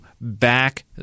back